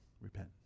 Repent